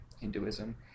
Hinduism